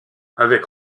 avec